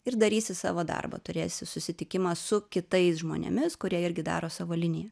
ir darysi savo darbą turėsi susitikimą su kitais žmonėmis kurie irgi daro savo liniją